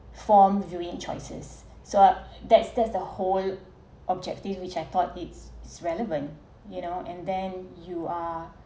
form viewing choices so that's just the whole objective which I thought it's relevant you know and then you are